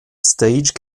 stage